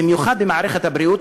במיוחד במערכת הבריאות,